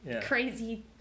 Crazy